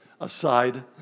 aside